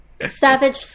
Savage